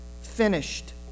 finished